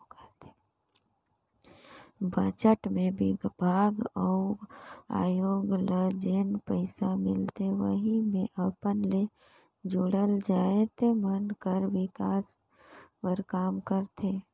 budget मे बिभाग अउ आयोग ल जेन पइसा मिलथे वहीं मे अपन ले जुड़ल जाएत मन कर बिकास बर काम करथे